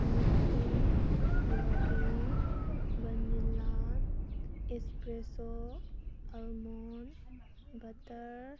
nutty yogi vanilla espresso almond butter